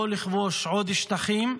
לא לכבוש עוד שטחים,